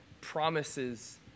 promises